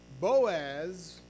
Boaz